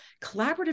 collaborative